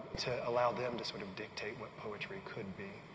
to allow them to sort of dictate what poetry could be.